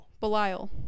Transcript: belial